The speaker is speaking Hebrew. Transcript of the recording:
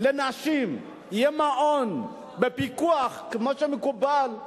ויהיה מעון בפיקוח כמו שמקובל,